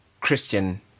Christian